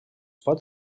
pot